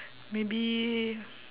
maybe